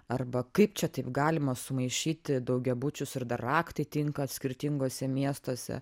arba kaip čia taip galima sumaišyti daugiabučius ir dar raktai tinka skirtinguose miestuose